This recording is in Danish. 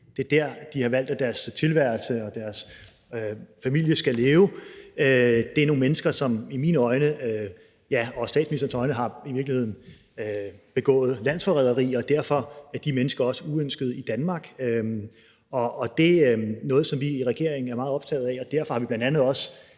Det er der, de har valgt at deres tilværelse skal være og deres familie skal leve. Det er nogle mennesker, som i mine øjne og også statsministerens øjne i virkeligheden har begået landsforræderi, og derfor er de mennesker også uønskede i Danmark. Det er noget, som vi i regeringen er meget optaget af, og derfor har vi bl.a. også